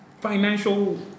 financial